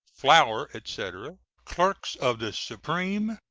flour, etc, clerks of the supreme,